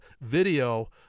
video